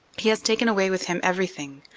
he has taken away with him everything.